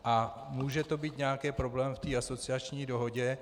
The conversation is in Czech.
A může to být nějakým problémem v té asociační dohodě?